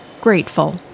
grateful